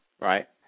right